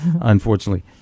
unfortunately